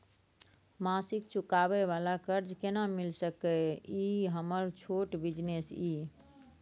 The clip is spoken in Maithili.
मासिक चुकाबै वाला कर्ज केना मिल सकै इ हमर छोट बिजनेस इ?